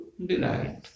Delight